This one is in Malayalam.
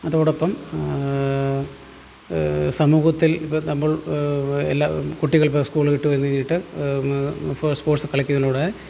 അതോടൊപ്പം സമൂഹത്തിൽ ഇപ്പോൾ നമ്മൾ എല്ലാ കുട്ടികളിപ്പം സ്കൂൾ വിട്ട് വന്ന് കഴിഞ്ഞിട്ട് ഒന്ന് ഫോസ് സ്പോർട്സ് കളിക്കുന്നതിലൂടെ